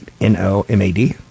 N-O-M-A-D